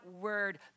word